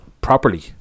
properly